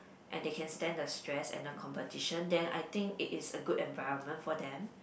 and they can stand the stress and the competition then I think it is a good environment for them